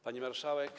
Pani Marszałek!